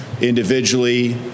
individually